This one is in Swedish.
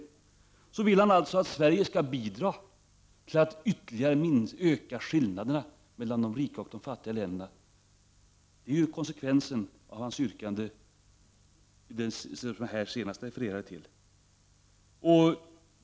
Rolf L Nilson vill att Sverige skall bidra till att ytterligare öka skillnaderna mellan de rika och de fattiga länderna detta blir ju konsekvensen av hans yrkande i den senare av reservationerna.